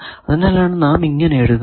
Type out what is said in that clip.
അതിനാലാണ് നാം ഇങ്ങനെ എഴുതുന്നത്